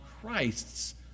Christ's